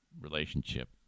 relationship